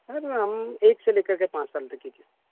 سر ہم ایک سے لے کر کے پانچ سال تک کی